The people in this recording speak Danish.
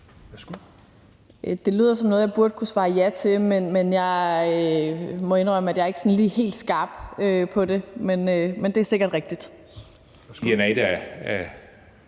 Det lyder som noget, jeg burde kunne svare ja til, men jeg må indrømme, at jeg ikke lige er helt skarp på det. Men det er sikkert rigtigt.